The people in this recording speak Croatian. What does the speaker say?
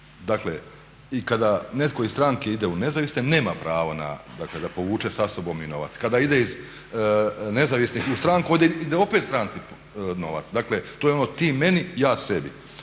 Dakle i kada netko iz stranki ide u nezavisne nema pravo na, dakle da povuče sa sobom i novac. Kada ide iz nezavisnih u stranku onda ide opet stranci novac. Dakle, to je ono ti meni, ja sebi.